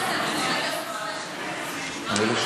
תביאו כסף, זה עולה כסף למשק.